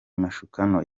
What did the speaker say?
mashukano